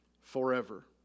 forever